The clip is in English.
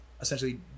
essentially